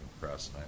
press